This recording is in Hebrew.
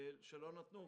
מדוע לא נתנו.